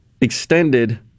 extended